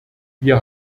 wir